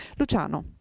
luciano